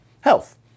health